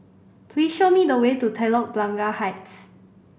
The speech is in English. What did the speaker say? please show me the way to Telok Blangah Heights